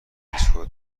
ایستگاه